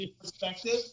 perspective